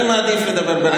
אני מעדיף לדבר ברצף.